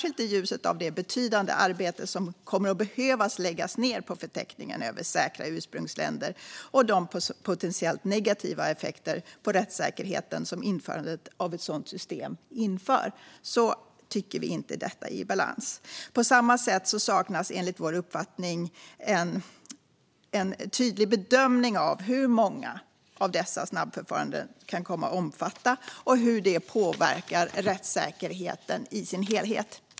I ljuset av det betydande arbete som kommer att behöva läggas ned på förteckningen över säkra ursprungsländer och av de potentiellt negativa effekter på rättssäkerheten som införandet av ett sådant system medför tycker vi inte att detta är i balans. På samma sätt saknas enligt vår uppfattning en tydlig bedömning av hur många människor dessa snabbförfaranden kan komma att omfatta och hur det påverkar rättssäkerheten i dess helhet.